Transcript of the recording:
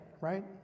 right